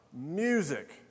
music